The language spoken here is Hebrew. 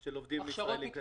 של עובדים ישראלים.